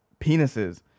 penises